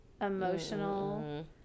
emotional